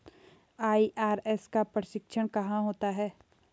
IRS का प्रशिक्षण कहाँ होता है?